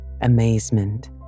Amazement